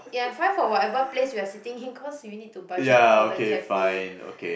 ya five for whatever place we are sitting in cause we need to budget for the cafe